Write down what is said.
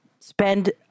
spend